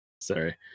sorry